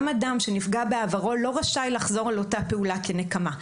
גם אדם שנפגע בעברו לא רשאי לחזור על אותה פעולה כנקמה.